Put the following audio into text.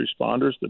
responders